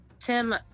Tim